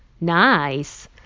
Nice